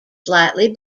slightly